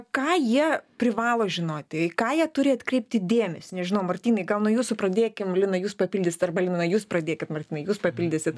ką jie privalo žinoti į ką jie turi atkreipti dėmesį nežinau martynai gal nuo jūsų pradėkim lina jūs papildysit arba lina jūs pradėkit martynai jūs papildysit